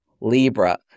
Libra